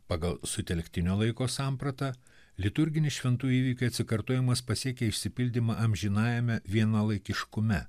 pagal sutelktinio laiko sampratą liturginis šventų įvykių atsikartojimas pasiekia išsipildymą amžinajame vienalaikiškume